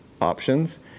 options